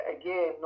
again